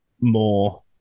more